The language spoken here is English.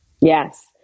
Yes